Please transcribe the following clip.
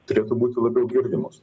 turėtų būti labiau girdimos